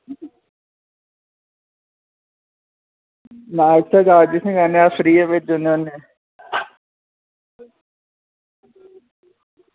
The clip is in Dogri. चार्ज लैन्ने होने्जांने फ्री भेजी ओड़ने होन्ने